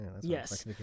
Yes